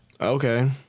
Okay